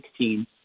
2016